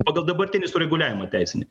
pagal dabartinį sureguliavimą teisinį